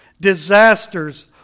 disasters